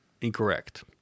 incorrect